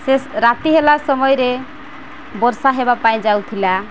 ସେ ରାତି ହେଲା ସମୟରେ ବର୍ଷା ହେବା ପାଇଁ ଯାଉଥିଲା